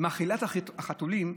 מאכילת החתולים,